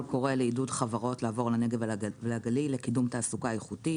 קורא לעידוד חברות לעבור לנגב ולגליל לקידום תעסוקה איכותית,